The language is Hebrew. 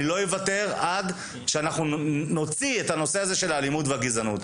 אני לא אוותר עד שאנחנו נוציא את הנושא הזה של האלימות והגזענות,